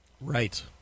Right